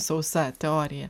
sausa teorija